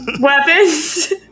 weapons